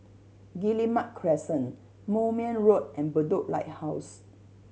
Guillemard Crescent Moulmein Road and Bedok Lighthouse